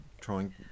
trying